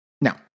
Now